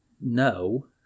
No